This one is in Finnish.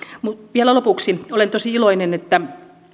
vielä lopuksi olen tosi iloinen että